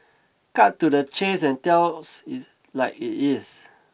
cut to the chase and tells it like it is